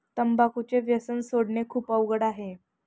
तंबाखूचे व्यसन सोडणे खूप अवघड आहे